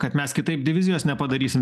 kad mes kitaip divizijos nepadarysim